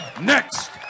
next